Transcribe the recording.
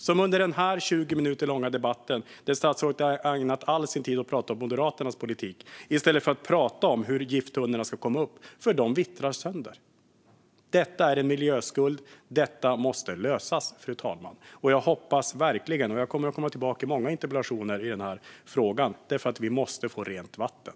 Även under den här 20 minuter långa debatten, där statsrådet har ägnat all sin tid åt att prata om Moderaternas politik i stället för att prata om hur gifttunnorna ska komma upp, vittrar de sönder. Detta är en miljöskuld. Detta måste lösas, fru talman, och jag hoppas verkligen att vi gör det. Jag kommer tillbaka med många interpellationer i den här frågan, för vi måste få rent vatten.